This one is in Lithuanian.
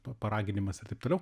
paraginimas ar taip toliau